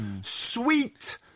Sweet